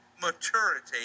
maturity